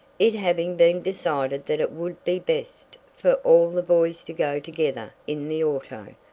it having been decided that it would be best for all the boys to go together in the auto,